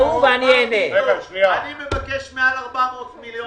עכשיו אני מבקש מעל 400 מיליון.